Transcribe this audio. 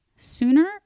sooner